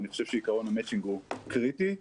אני חושב שעיקרון המצ'ינג הוא קריטי,